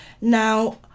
now